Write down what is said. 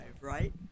right